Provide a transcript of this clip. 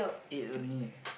eight only